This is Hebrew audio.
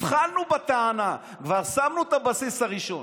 התחלנו את הטענה, כבר שמנו את הבסיס הראשון.